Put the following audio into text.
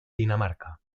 dinamarca